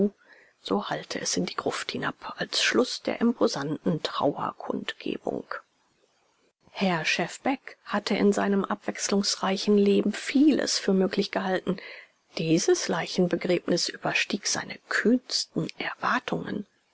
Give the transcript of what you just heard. so hallte es in die gruft hinab als schluß der imposanten trauerkundgebung herr schefbeck hatte in seinem abwechslungsreichen leben vieles für möglich gehalten dieses leichenbegängnis überstieg seine kühnsten erwartungen